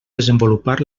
desenvolupar